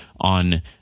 on